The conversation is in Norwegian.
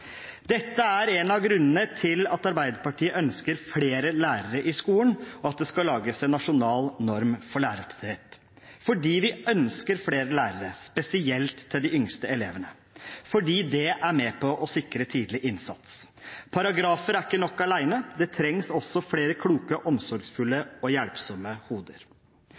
Dette er en av grunnene til at Arbeiderpartiet ønsker flere lærere i skolen, og at det skal lages en nasjonal norm for lærertetthet. Vi ønsker flere lærere, spesielt til de yngste elevene, fordi det er med på å sikre tidlig innsats. Paragrafer er ikke nok alene, det trengs også flere kloke, omsorgsfulle og hjelpsomme hoder.